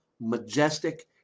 majestic